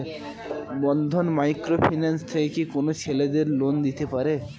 বন্ধন micro finance থেকে কি কোন ছেলেদের লোন দিতে পারে?